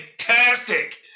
fantastic